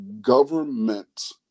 government